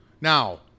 Now